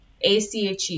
ACHE